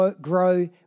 grow